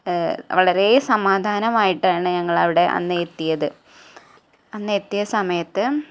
വളരേ സമാധാനമായിട്ടാണ് ഞങ്ങളവിടെ അന്ന് എത്തിയത് അന്നെത്തിയ സമയത്ത്